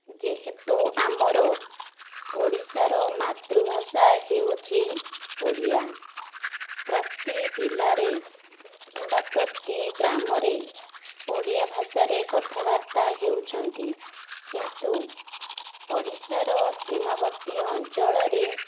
ଯେହେତୁ ଆମର ଓଡ଼ିଶାର ମାତୃଭାଷା ହେଉଛି ଓଡ଼ିଆ ପ୍ରତି ଜିଲ୍ଲାରେ କିମ୍ବା ପ୍ରତି ଗ୍ରାମରେ ଓଡ଼ିଆ ଭାଷାରେ କଥାବାର୍ତ୍ତା ହେଉଛନ୍ତି କିନ୍ତୁ ଓଡ଼ିଶାର ସୀମାବର୍ତ୍ତୀ ଅଞ୍ଚଳରେ